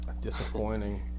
Disappointing